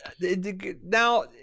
Now